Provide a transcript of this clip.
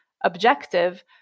objective